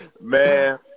Man